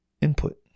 input